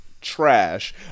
trash